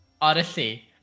Odyssey